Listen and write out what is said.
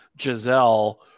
Giselle